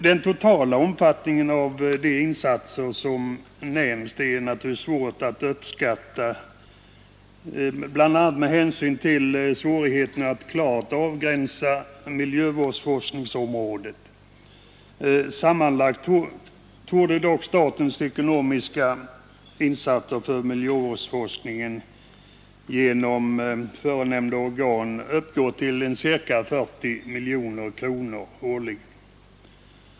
Den totala omfattningen av de insatser som här nämnts är det vanskligt att uppskatta, bl.a. med hänsyn till svårigheterna att klart avgränsa miljövårdsforskningsområdet. Sammanlagt torde dock statens ekonomiska insatser för miljövårdsforskningen genom förenämnda organ uppgå till ca 40 miljoner kronor årligen.